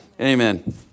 Amen